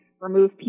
remove